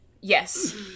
Yes